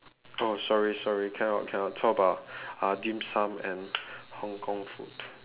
oh sorry sorry cannot cannot talk about uh dim-sum and hong-kong food